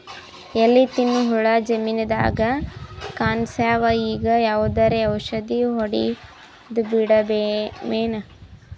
ಎಲಿ ತಿನ್ನ ಹುಳ ಜಮೀನದಾಗ ಕಾಣಸ್ಯಾವ, ಈಗ ಯಾವದರೆ ಔಷಧಿ ಹೋಡದಬಿಡಮೇನ?